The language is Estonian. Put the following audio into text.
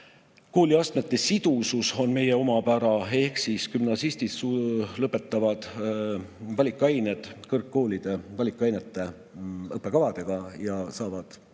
Kooliastmete sidusus on meie omapära ehk gümnasistid lõpetavad valikained kõrgkoolide valikainete õppekavade järgi ja saavad